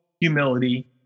humility